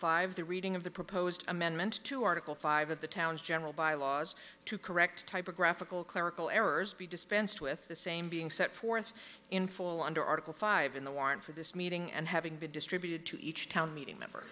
five the reading of the proposed amendment to article five of the town's general bylaws to correct typographical clerical errors be dispensed with the same being set forth in full under article five in the warrant for this meeting and having been distributed to each town meeting member